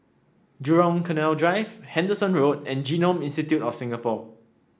Jurong Canal Drive Henderson Road and Genome Institute of Singapore